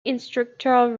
instructor